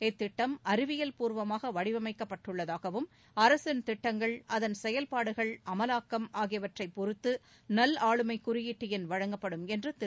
இத்திட்டம் அறிவியல்பூர்வமாக வடிவமைக்கப்பட்டுள்ளதாகவும் அரசின் திட்டங்கள் அதன் செயல்பாடுகள் அமலாக்கம் ஆகியவற்றைப் பொறுத்து நல்ஆளுமை குறியீட்டு எண் வழங்கப்படும் என்று திரு